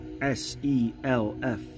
S-E-L-F